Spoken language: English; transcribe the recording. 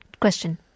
Question